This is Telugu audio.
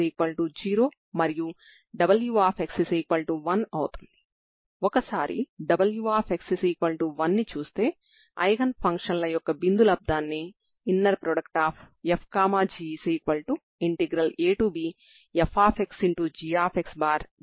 మీరు డొమైన్ ని చూసినట్లయితే x డొమైన్ 0 నుండి L వరకు పరిమితమైనదిగా మరియు t డొమైన్ పాజిటివ్ అక్షాంశంగా ఉండడాన్ని మీరు చూడవచ్చు